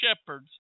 shepherds